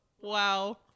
Wow